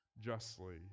justly